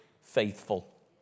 faithful